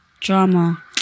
drama